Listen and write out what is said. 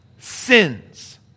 Sins